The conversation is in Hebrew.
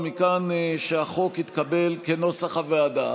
ומכאן שהחוק התקבל כנוסח הוועדה.